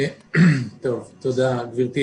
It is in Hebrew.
תודה, גברתי.